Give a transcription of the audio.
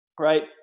right